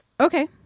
Okay